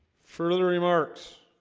further remarks